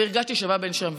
והרגשתי שווה בין שווים.